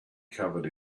covered